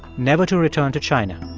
never to return to china